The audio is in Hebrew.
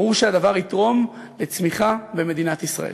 ברור שהדבר יתרום לצמיחה במדינת ישראל.